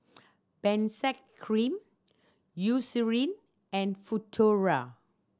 Benzac Cream Eucerin and Futuro